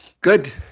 Good